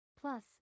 Plus